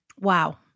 Wow